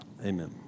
Amen